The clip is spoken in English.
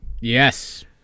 Yes